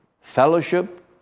fellowship